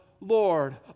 Lord